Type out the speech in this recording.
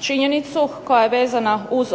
činjenicu koja je vezana uz